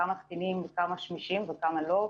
כמה תקינים וכמה שמישים וכמה לא,